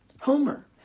Homer